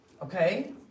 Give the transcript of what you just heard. Okay